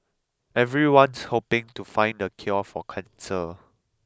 everyone's hoping to find the cure for cancer